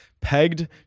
pegged